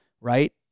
right